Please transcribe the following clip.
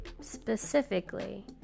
specifically